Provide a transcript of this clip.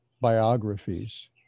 biographies